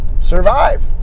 survive